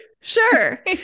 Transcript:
Sure